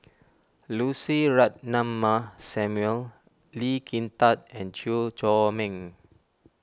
Lucy Ratnammah Samuel Lee Kin Tat and Chew Chor Meng